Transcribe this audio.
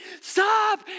stop